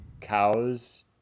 cows